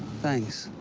thanks.